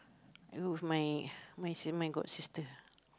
with my my s~ my godsister